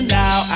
now